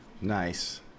Nice